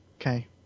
okay